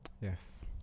Yes